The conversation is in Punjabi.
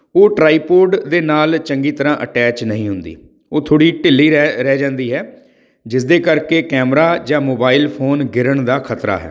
ਉਹ ਟਰਾਈਪੋਡ ਦੇ ਨਾਲ ਚੰਗੀ ਤਰ੍ਹਾਂ ਅਟੈਚ ਨਹੀਂ ਹੁੰਦੀ ਉਹ ਥੋੜ੍ਹੀ ਢਿੱਲੀ ਰਹਿ ਰਹਿ ਜਾਂਦੀ ਹੈ ਜਿਸ ਦੇ ਕਰਕੇ ਕੈਮਰਾ ਜਾਂ ਮੋਬਾਈਲ ਫੋਨ ਗਿਰਨ ਦਾ ਖ਼ਤਰਾ ਹੈ